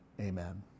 amen